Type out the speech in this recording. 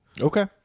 Okay